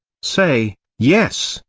say yes,